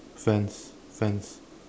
fence fence